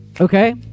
Okay